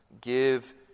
Give